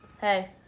Hey